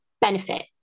benefit